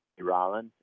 Rollins